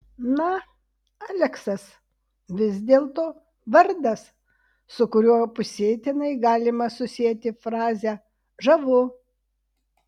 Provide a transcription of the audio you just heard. na aleksas vis dėlto vardas su kuriuo pusėtinai galima susieti frazę žavu